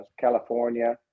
California